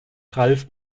ralf